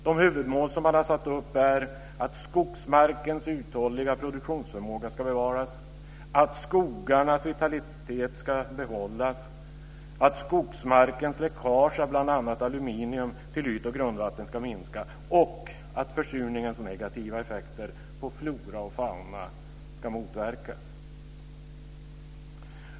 De huvudmål som man har satt upp är att skogsmarkens uthålliga produktionsförmåga ska bevaras, att skogarnas vitalitet ska behållas, att skogsmarkens läckage av bl.a. aluminium till yt och grundvatten ska minska och att försurningens negativa effekter på flora och fauna ska motverkas.